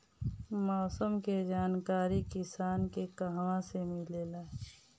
मौसम के जानकारी किसान के कहवा से मिलेला?